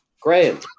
Graham